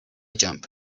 jump